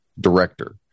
director